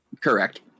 Correct